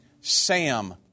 Sam